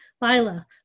Lila